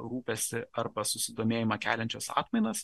rūpestį arba susidomėjimą keliančias atmainas